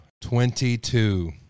Twenty-two